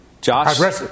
Josh